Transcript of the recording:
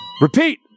Repeat